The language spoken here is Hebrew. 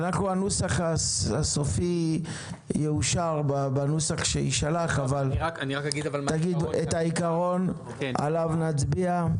הנוסח הסופי יאושר בנוסח שיישלח אבל תגיד את העיקרון עליו נצביע.